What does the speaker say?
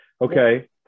Okay